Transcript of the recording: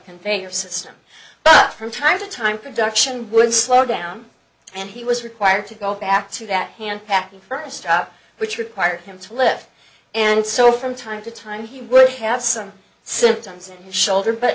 conveyor system but from time to time production would slow down and he was required to go back to that hand packing first up which required him to live and so from time to time he would have some symptoms in his shoulder but